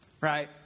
right